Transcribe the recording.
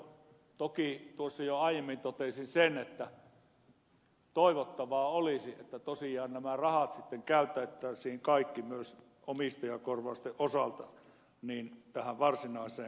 toki tuossa jo aiemmin totesin sen että toivottavaa olisi että tosiaan nämä rahat sitten käytettäisiin kaikki myös omistajakorvausten osalta tähän varsinaiseen kalastuksenhoitotyöhön